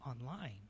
online